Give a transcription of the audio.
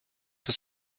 für